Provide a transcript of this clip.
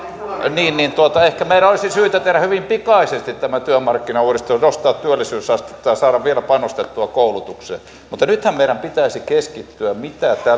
niin niin ehkä meidän olisi syytä tehdä hyvin pikaisesti tämä työmarkkinauudistus nostaa työllisyysastetta ja saada vielä panostettua koulutukseen mutta nythän meidän pitäisi keskittyä